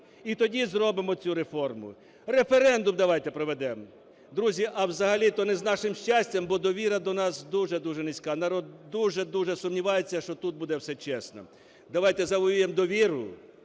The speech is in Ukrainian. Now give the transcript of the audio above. І тоді зробимо цю реформу. Референдум давайте проведемо. Друзі, а взагалі-то не з нашим щастям, бо довіра до нас дуже-дуже низька, народ дуже-дуже сумнівається, що тут буде все чесно. Давайте завоюємо довіру,